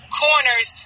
corners